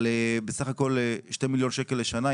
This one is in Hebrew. על בסך הכול 2 מיליון שקל לשנה.